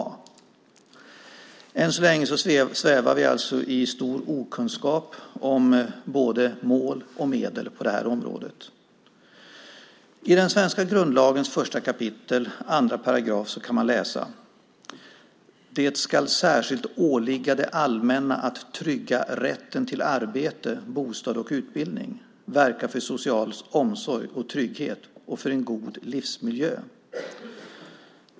Än så länge svävar vi alltså i stor okunskap om både mål och medel på det här området. I den svenska grundlagens första kapitel 2 § kan man läsa att det särskilt ska åligga det allmänna att trygga rätten till arbete, bostad och utbildning, verka för social omsorg och trygghet och för en god livsmiljö.